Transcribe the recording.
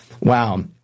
Wow